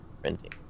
printing